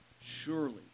surely